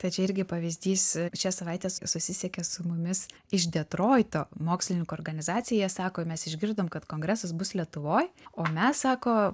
tai čia irgi pavyzdys šią savaitę susisiekė su mumis iš detroito mokslininkų organizacija sako mes išgirdom kad kongresas bus lietuvoj o mes sako